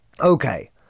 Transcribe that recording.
Okay